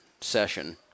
session